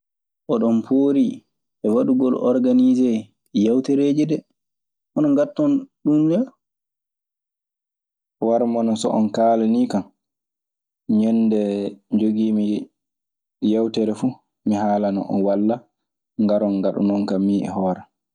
"Oɗon poori e waɗugol organiisee yawtereeji de. Hono ngaɗton ɗun ne? Warmono so kaalaaniikan, ñennde njogiimi yewtere fuu, mi haalana on. Walla ngaron ngaɗanon kan min e hoore an."